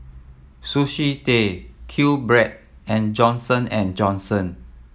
Sushi Tei Q Bread and Johnson and Johnson